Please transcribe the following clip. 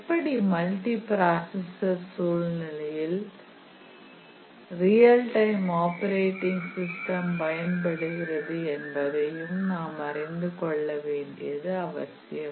எப்படி multi processor சூழலில் real time operating system பயன்படுகிறது என்பதையும் நாம் அறிந்து கொள்ள வேண்டியது அவசியம்